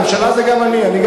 הממשלה זה גם אני.